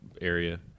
area